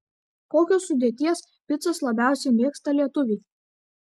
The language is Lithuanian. kokios sudėties picas labiausiai mėgsta lietuviai